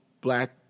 black